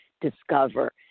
discover